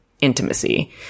intimacy